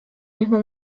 mismo